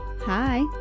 Hi